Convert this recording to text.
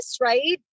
right